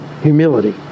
Humility